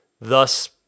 Thus